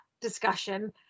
discussion